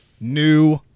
new